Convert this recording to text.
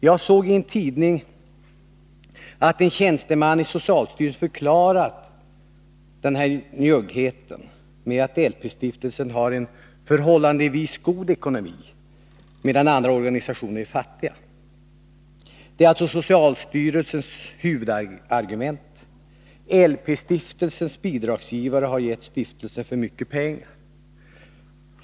Jag såg i en tidning att en tjänsteman på socialstyrelsen förklarade den här njuggheten med att LP-stiftelsen har en förhållandevis god ekonomi, medan andra organisationer är fattiga. Detta är socialstyrelsens huvudargument. LP-stiftelsens bidragsgivare har gett stiftelsen för mycket pengar.